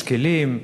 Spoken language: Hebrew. משכילים,